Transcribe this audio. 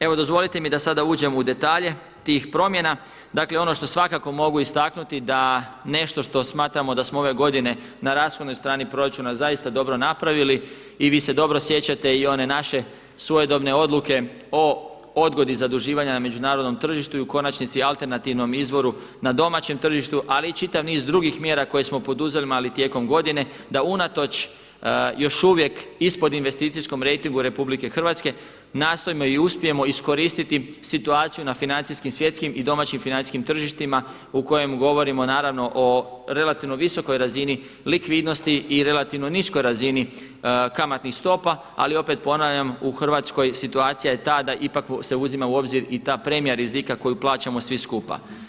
Evo dozvolite mi da sada uđem u detalje tih promjena, dakle ono što svakako mogu istaknuti da nešto što smatramo da smo ove godine na rashodnoj strani proračuna zaista dobro napravili i vi se dobro sjećate i one naše svojedobne odluke o odgodi zaduživanja na međunarodnom tržištu i u konačnici alternativnim izvoru na domaćem tržištu ali i čitav niz drugih mjera koje smo poduzimali tijekom godine da unatoč još uvijek ispod investicijskom rejtingu RH nastojimo i uspijemo iskoristiti situaciju na financijskim, svjetskim i domaćim financijskim tržištima u kojemu govorimo naravno o relativno visokoj razini likvidnosti i relativno niskoj razini kamatnih stopa, ali opet ponavljam u Hrvatskoj situacija je ta da ipak se uzima u obzir i ta premija rizika koju plaćamo svi skupa.